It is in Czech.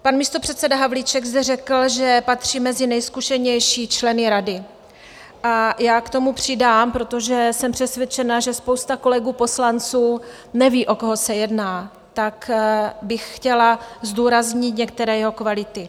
Pan místopředseda Havlíček zde řekl, že patří mezi nejzkušenější členy rady, a já k tomu přidám, protože jsem přesvědčena, že spousta kolegů poslanců neví, o koho se jedná, tak bych chtěla zdůraznit některé jeho kvality.